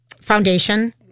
foundation